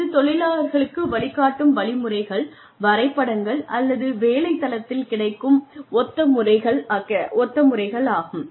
இது தொழிலாளர்களுக்கு வழிகாட்டும் வழிமுறைகள் வரைபடங்கள் அல்லது வேலை இடத்தில் கிடைக்கும் ஒத்த முறைகள் கிடைக்கும்